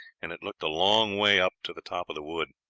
and it looked a long way up to the top of the wood.